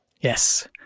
Yes